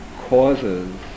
causes